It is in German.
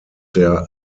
der